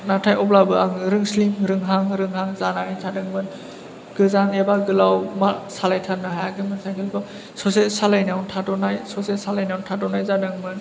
नाथाय अब्लाबो आङो रोंस्लिं रोंहां रोंहां जानानै थादोंमोन गोजान एबा गोलाव मा सालायथारनो हायाखैमोन साइकेल खौ ससे सालायनायावनो थाद'नाय ससे सालायनायावनो थाद'नाय जादोंमोन